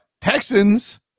Texans